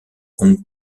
hong